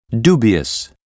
dubious